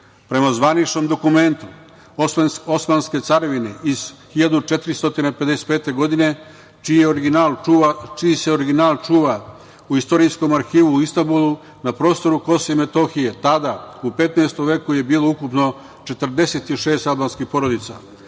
Prema zvaničnom dokumentu Osmanske carevine iz 1455. godine, čiji se original čuva u istorijskom arhivu u Istanbulu, na prostoru KiM tada, u 15. veku je bilo ukupno 46 albanskih porodica.